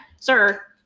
sir